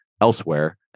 elsewhere